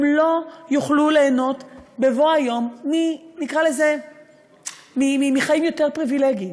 הם לא יוכלו ליהנות בבוא היום מחיים יותר פריבילגיים,